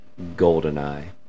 Goldeneye